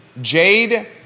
Jade